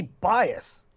bias